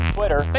Twitter